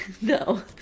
No